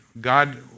God